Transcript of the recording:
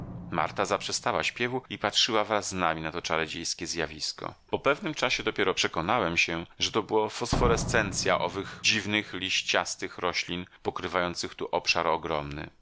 marta zaprzestała śpiewu i patrzyła wraz z nami na to czarodziejskie zjawisko po pewnym czasie dopiero przekonałem się że to była fosforescencja owych dziwnych liściastych roślin pokrywających tu obszar ogromny